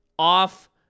Off